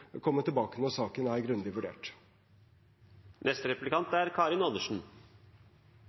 komme tilbake når saken er grundig vurdert. Et av de viktige prinsippene vi har for straffesaksbehandling, er